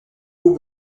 haut